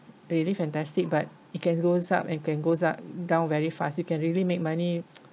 really fantastic but it can goes up and can goes up down very fast you can really make money